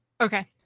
Okay